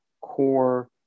core